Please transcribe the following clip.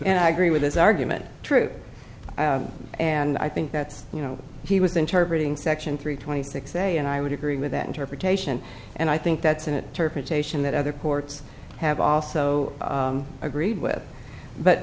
and i agree with his argument true and i think that's you know he was then targeting section three twenty six a and i would agree with that interpretation and i think that's an interpolation that other courts have also agreed with but